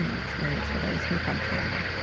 you know experience for those who have had trauma.